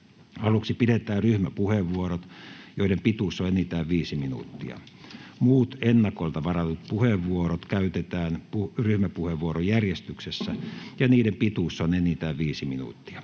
Aluksi pidetään ryhmäpuheenvuorot, joiden pituus on enintään 5 minuuttia. Muut ennakolta varatut puheenvuorot käytetään ryhmäpuheenvuorojärjestyksessä, ja niiden pituus on enintään 5 minuuttia.